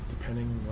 depending